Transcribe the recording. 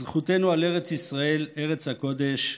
זכותנו על ארץ ישראל, ארץ הקודש,